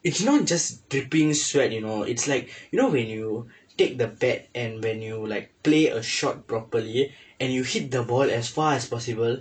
it's not just dripping sweat you know it's like you know when you take the bat and when you like play a shot properly and you hit the ball as far as possible